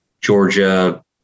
georgia